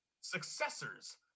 successors